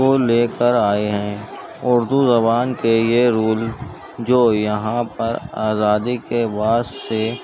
کو لے کر آئے ہیں اردو زبان کے یہ رول جو یہاں پر آزادی کے بعد سے